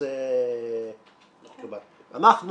אני